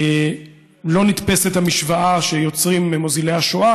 לא נתפסת המשוואה שיוצרים מוזילי השואה,